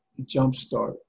jumpstart